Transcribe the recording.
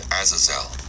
Azazel